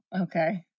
okay